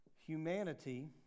humanity